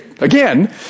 again